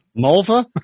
Mulva